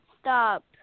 stop